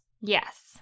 Yes